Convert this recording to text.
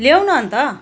लेउ न अन्त